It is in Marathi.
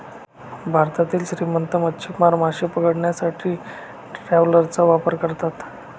भारतातील श्रीमंत मच्छीमार मासे पकडण्यासाठी ट्रॉलरचा वापर करतात